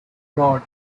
broad